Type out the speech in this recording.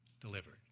delivered